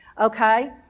Okay